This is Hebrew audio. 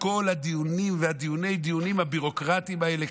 כל הדיונים ואת דיוני הדיונים הביורוקרטיים האלה,